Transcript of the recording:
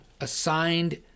assigned